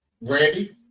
Randy